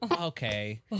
Okay